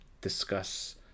discuss